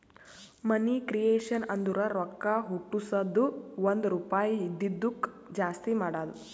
ಮನಿ creation ಅಂದುರ್ ರೊಕ್ಕಾ ಹುಟ್ಟುಸದ್ದು ಒಂದ್ ರುಪಾಯಿ ಇದಿದ್ದುಕ್ ಜಾಸ್ತಿ ಮಾಡದು